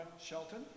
Shelton